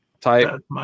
type